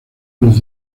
los